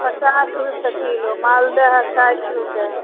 पचास रुपैए किलो मालदह हइ साठि रुपैआ